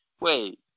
wait